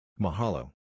Mahalo